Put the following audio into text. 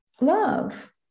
love